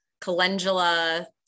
calendula